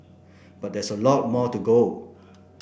but there's a lot more to go